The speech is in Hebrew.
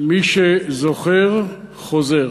מי שזוכר, חוזר.